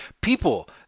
People